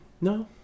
No